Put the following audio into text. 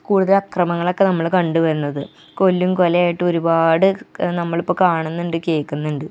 കൂടുതല് അക്രമങ്ങളൊക്കെ നമ്മൾ കണ്ട് വരണത് കൊല്ലും കൊലയായിട്ടും ഒരുപാട് നമ്മളിപ്പം കാണുന്നുണ്ട് കേൾക്കുന്നുണ്ട്